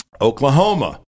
Oklahoma